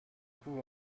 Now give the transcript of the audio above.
coup